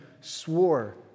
swore